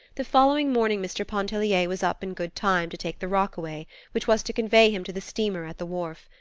the following morning mr. pontellier was up in good time to take the rockaway which was to convey him to the steamer at the wharf.